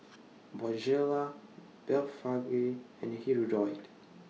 Bonjela Blephagel and Hirudoid